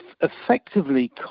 effectively